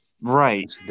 right